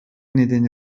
nedeni